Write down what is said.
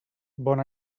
bon